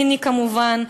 הציני כמובן,